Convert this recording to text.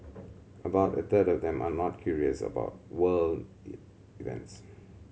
about a third of them are not curious about world events